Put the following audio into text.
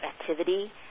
activity